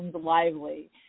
lively